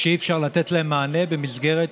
שאי-אפשר לתת להם מענה במסגרת